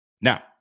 Now